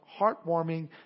heartwarming